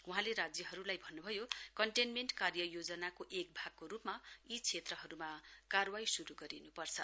वहाँले राज्यहरूलाई भन्न् भयो कन्टेनमेन्ट कार्ययोजनाको एक भागको रूपमा यी क्षेत्रहरूमा कार्वाही शुरू गरिनुपर्छ